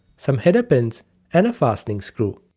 some header pins and a fastening screw.